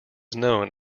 known